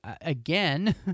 again